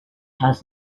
has